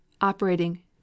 operating